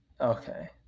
Okay